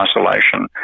isolation